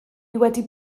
wedi